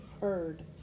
heard